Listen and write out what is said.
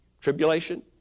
tribulation